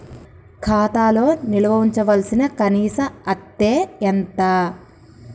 ఖాతా లో నిల్వుంచవలసిన కనీస అత్తే ఎంత?